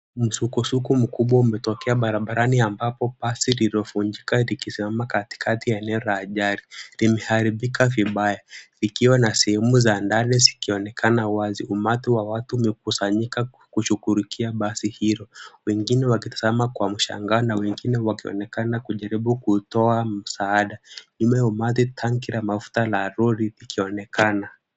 Msukosuko mkubwa umetokea barabarani ambapo basi lililovunjika likizama katikati ya eneo la ajali. Limeharibika vibaya likiwa na sehemu za ndani zikionekana wazi. Umati wa watu umekusanyika kushughulikia basi hilo wengine wakitazama kwa mshangao na wengine wakionekana kujaribu kutoa msaada. Nyuma ya umati tanki la mafuta la lori likionekana.